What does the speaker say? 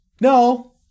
no